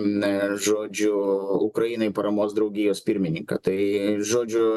na žodžiu ukrainai paramos draugijos pirmininką tai žodžiu